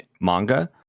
manga